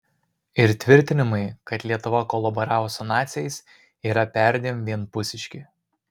ir tvirtinimai kad lietuva kolaboravo su naciais yra perdėm vienpusiški